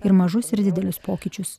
ir mažus ir didelius pokyčius